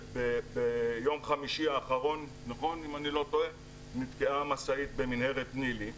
ביום חמישי האחרון נתקעה משאית במנהרת נילי,